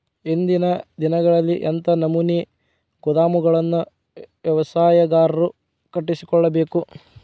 ಇಂದಿನ ದಿನಗಳಲ್ಲಿ ಎಂಥ ನಮೂನೆ ಗೋದಾಮುಗಳನ್ನು ವ್ಯವಸಾಯಗಾರರು ಕಟ್ಟಿಸಿಕೊಳ್ಳಬೇಕು?